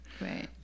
right